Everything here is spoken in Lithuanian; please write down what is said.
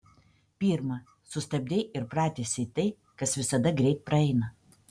pirma sustabdei ir pratęsei tai kas visada greit praeina